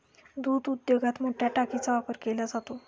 दूध उद्योगात मोठया टाकीचा वापर केला जातो